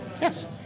Yes